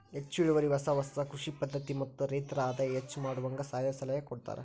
ಹೆಚ್ಚು ಇಳುವರಿ ಹೊಸ ಹೊಸ ಕೃಷಿ ಪದ್ಧತಿ ಮತ್ತ ರೈತರ ಆದಾಯ ಹೆಚ್ಚ ಮಾಡುವಂಗ ಸಹಾಯ ಸಲಹೆ ಕೊಡತಾರ